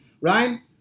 Ryan